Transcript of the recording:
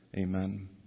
Amen